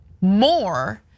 more